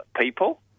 people